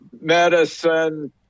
medicine